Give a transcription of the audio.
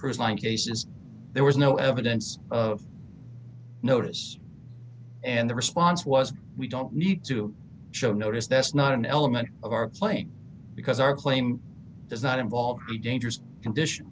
cruise line cases there was no evidence of notice and the response was we don't need to show notice that's not an element of our playing because our claim does not involve a dangerous condition